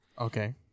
okay